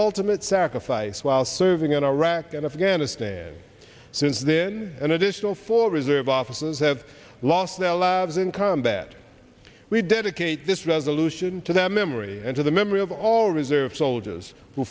ultimate sacrifice while serving in iraq and afghanistan since then an additional four reserve officers have lost their lives in combat we dedicate this resolution to their memory and to the memory of all reserve soldiers who